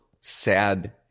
sad